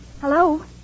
Hello